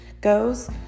goes